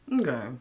Okay